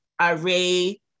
Array